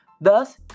Thus